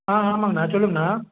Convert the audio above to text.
ஆ ஆமாங்கண்ணா சொல்லுங்கண்ணா